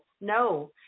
No